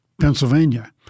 Pennsylvania